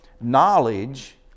Knowledge